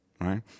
Right